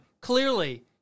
clearly